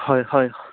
হয় হয়